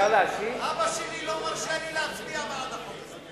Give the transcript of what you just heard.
אבא שלי לא מרשה לי להצביע בעד החוק הזה.